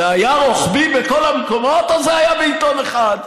זה היה רוחבי בכל המקומות או שזה היה בעיתון אחד?